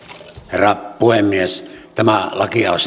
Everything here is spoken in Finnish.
herra puhemies tämä